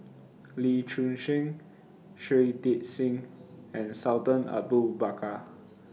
Lee Choon Seng Shui Tit Sing and Sultan Abu Bakar